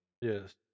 Yes